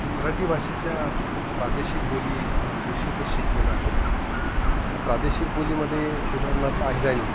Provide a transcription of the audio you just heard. मी मराठी भाषेच्या प्रादेशिक बोली निश्चितच शिकलेलो आहे आता प्रादेशिक बोलीमध्ये उदाहरणार्थ अहिराणी